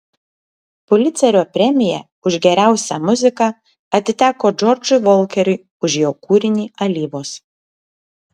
pulicerio premija už geriausią muziką atiteko džordžui volkeriui už jo kūrinį alyvos